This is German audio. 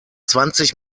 zwanzig